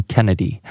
Kennedy